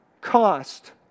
cost